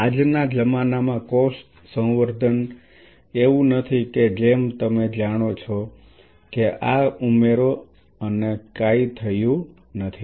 આજના જમાનામાં કોષ સંવર્ધન એંવું નથી કે જેમ તમે જાણો છો કે આ ઉમેરો અને કાંઈ થયું નહિ